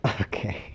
okay